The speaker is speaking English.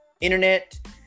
internet